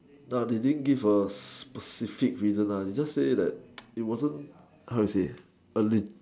nah they didn't give a a specific reason lah they just say that it wasn't how you say early